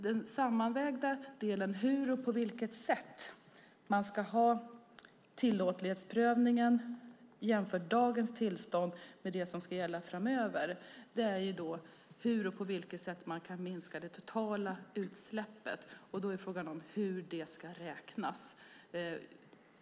Den sammanvägda delen hur man ska ha tillåtlighetsprövningen och jämföra dagens tillstånd med det som ska gälla framöver är på vilket sätt man kan minska det totala utsläppet. Och då är frågan hur det ska räknas.